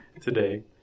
today